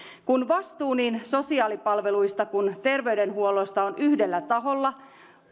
kun vastuu niin sosiaalipalveluista kuin terveydenhuollosta on yhdellä taholla